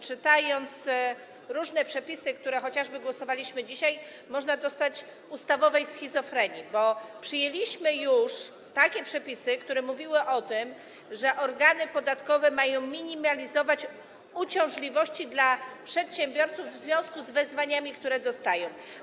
Czytając różne przepisy, chociażby te, nad którymi dzisiaj głosowaliśmy, można dostać ustawowej schizofrenii, bo przyjęliśmy już takie przepisy, które mówiły o tym, że organy podatkowe mają minimalizować uciążliwości dla przedsiębiorców w związku z wezwaniami, które ci dostają.